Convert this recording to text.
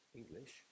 English